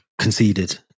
conceded